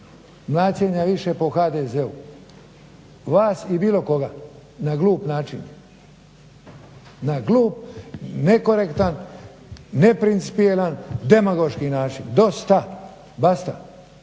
blaćenja više po HDZ-u vas i bilo koga na glup način, na glup, nekorektan, neprincipijelan, demagoški način dosta, basta.